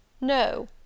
No